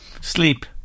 Sleep